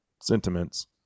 Sentiments